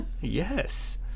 Yes